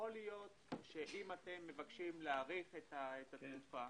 יכול להיות שאם אתם מבקשים להאריך את התקופה